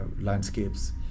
landscapes